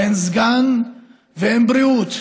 אין סגן ואין בריאות.